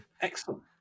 Excellent